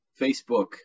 Facebook